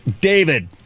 David